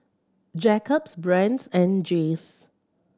Jacob's Brand's and Jays